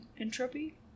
Entropy